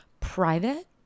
private